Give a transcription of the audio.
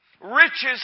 Riches